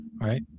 Right